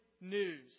news